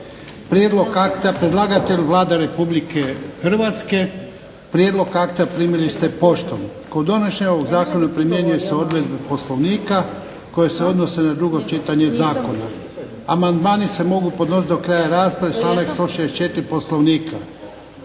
P.Z. br. 833 Predlagatelj Vlada Republike Hrvatske. Prijedlog akta primili ste poštom. Kod donošenja ovog zakona primjenjuju se odredbe Poslovnika, koje se odnose na drugo čitanje zakona. Amandmani se mogu podnositi do kraja rasprave, članak 164. Poslovnika.